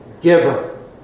giver